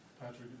Patrick